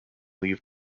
lead